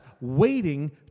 waiting